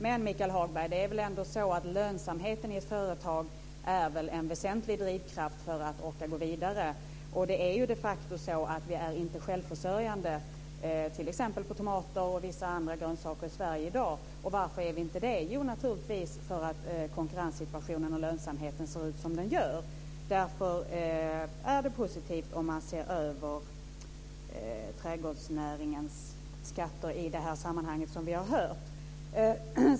Men det är väl ändå så, Michael Hagberg, att lönsamheten i ett företag är en väsentlig drivkraft för att orka gå vidare? Det är de facto så att vi inte är självförsörjande när det gäller t.ex. tomater och vissa andra grönsaker i Sverige i dag. Varför är vi inte det? Jo, naturligtvis för att konkurrenssituationen och lönsamheten ser ut som den gör. Därför är det positivt om man ser över trädgårdsnäringens skatter i det här sammanhanget, som vi har hört.